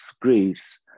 Greece